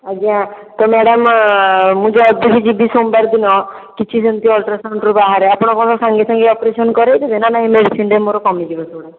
ଆଜ୍ଞା ତ ମ୍ୟାଡ଼ାମ ମୁଁ ଯେଉଁ ଆଉ ଥରେ ଯିବି ସୋମବାର ଦିନ କିଛି ସେମିତି ଅଲଟ୍ରାସାଉଣ୍ଡରୁ ବାହାରେ ଆପଣ କ'ଣ ସଙ୍ଗେ ସଙ୍ଗେ ଅପରେସନ କରେଇବେ ନା ନାଇଁ ମେଡ଼ିସିନ୍ ରେ ମୋର କମି ଯିବ ସେଗୁଡ଼ିକ